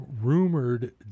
rumored